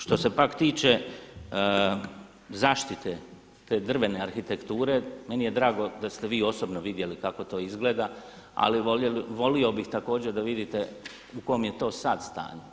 Što se pak tiče zaštite te drvene arhitekture meni je drago da ste vi osobno vidjeli kako to izgleda, ali volio bih također da vidite u kom je to sad stanju.